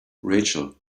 rachel